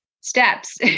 steps